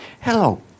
Hello